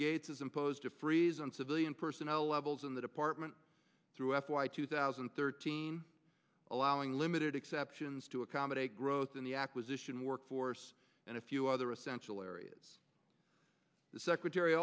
gates has imposed a freeze on civilian personnel levels in the department through f y two thousand and thirteen allowing limited exceptions to accommodate growth in the acquisition workforce and a few other essential areas the secretary